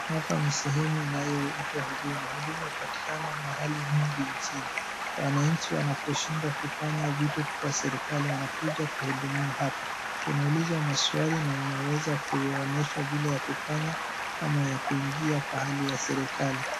Hapa ni sehemu inayoitwa Huduma. Huduma hupatikana mahali mingi nchini. Wananchi wanaposhindwa kufanya vitu kwa serikali wanakuja kuhudumiwa hapa. Unaulizwa maswali na unaweza kuonyeshwa vile ya kufanya ama ya kuingia pahali ya serikali.